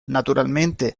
naturalmente